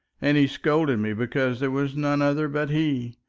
and he scolded me because there was none other but he.